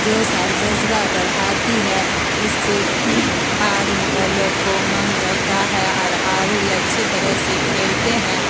جوش اور جذبہ بڑھاتی ہے اس سے اور وہ لوگ کو امنگ بڑھتا ہے اور ہی اچھے طرح سے کھیلتے ہیں